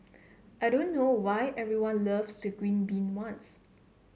I don't know why everyone loves the green bean ones